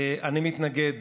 אני מתנגד